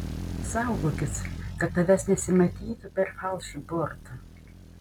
saugokis kad tavęs nesimatytų per falšbortą